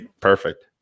Perfect